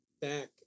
back